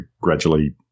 gradually